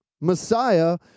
Messiah